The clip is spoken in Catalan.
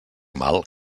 mal